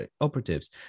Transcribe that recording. operatives